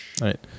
right